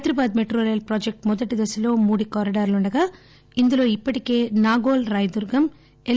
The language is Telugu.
హైదరాబాద్ మెట్రో రైలు ప్రాజెక్లు మొదటి దశలో మూడు కారిడార్లుండగా ఇందులో ఇప్పటికే నాగోల్ రాయ దుర్గం ఎల్